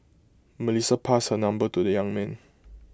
Melissa passed her number to the young man